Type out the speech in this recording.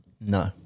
No